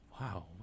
wow